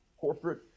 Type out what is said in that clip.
corporate